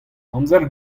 amzer